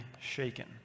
shaken